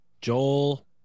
Joel